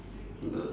the